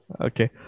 Okay